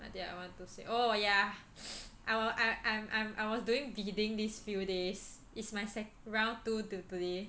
what did I want to say oh yeah I well I I'm I'm I was doing bidding this few days it's my second round two today